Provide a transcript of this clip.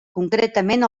concretament